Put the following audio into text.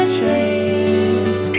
change